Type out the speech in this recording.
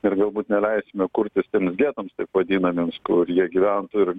ir galbūt neleisime kurtis getams taip vadinamiems kurie gyventų ir